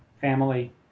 family